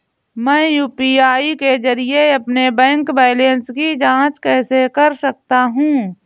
मैं यू.पी.आई के जरिए अपने बैंक बैलेंस की जाँच कैसे कर सकता हूँ?